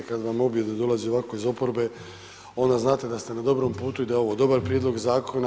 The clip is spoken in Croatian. Kada vam objede dolaze ovako iz oporbe onda znate da ste na dobrom putu i da je ovo dobar prijedlog zakona.